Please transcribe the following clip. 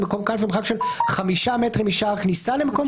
במקום קלפי או במרחק של 5 מטרים משער כניסה למקום